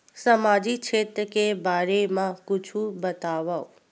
सामजिक क्षेत्र के बारे मा कुछु बतावव?